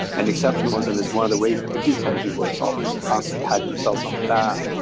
and exceptionalism is one of the ways that we do tend to be worse, all this constant patting ourselves on the back.